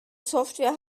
software